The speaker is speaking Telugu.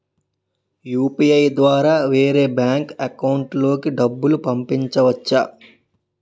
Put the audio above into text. యు.పి.ఐ ద్వారా వేరే బ్యాంక్ అకౌంట్ లోకి డబ్బులు పంపించవచ్చా?